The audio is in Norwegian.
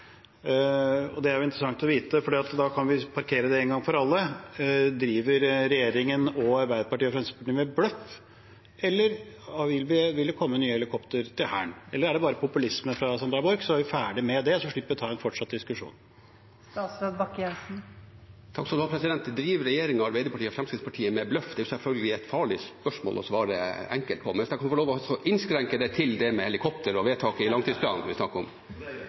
Og det er jo interessant å vite, for da kan vi parkere det en gang for alle: Driver regjeringen, Arbeiderpartiet og Fremskrittspartiet med bløff, eller vil det komme nye helikopter til Hæren? Eller er det bare populisme fra Sandra Borch? – så er vi ferdige med det og slipper å ta en fortsatt diskusjon. Driver regjeringen, Arbeiderpartiet og Fremskrittspartiet med bløff? Det er selvfølgelig et farlig spørsmål å svare enkelt på. Men hvis jeg kunne få lov til å innskrenke det til det med helikopter og vedtaket i langtidsplanen, som vi snakker om,